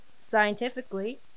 scientifically